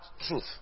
truth